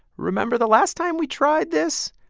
remember the last time we tried this?